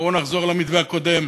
בואו נחזור למתווה הקודם,